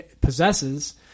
possesses